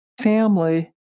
family